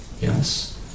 yes